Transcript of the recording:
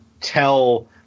tell